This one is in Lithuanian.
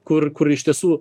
kur kur iš tiesų